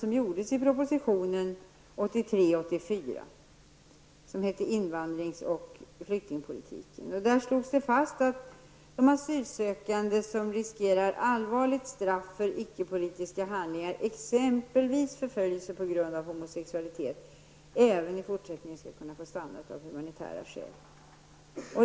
Vi utgår vid bedömningen av dessa fall från de uttalanden som gjordes i propositionen Det slogs där fast att de asylsökande som riskerar stränga straff för icke-politiska handlingar, exempelvis förföljelse på grund av homosexualitet, även i fortsättningen skall kunna få stanna av humanitära skäl.